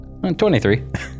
23